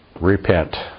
repent